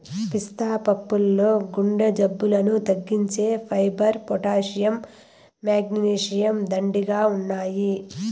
పిస్తా పప్పుల్లో గుండె జబ్బులను తగ్గించే ఫైబర్, పొటాషియం, మెగ్నీషియం, దండిగా ఉన్నాయి